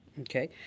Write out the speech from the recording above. Okay